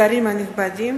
שרים נכבדים,